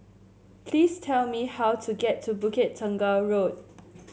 please tell me how to get to Bukit Tunggal Road